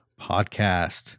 podcast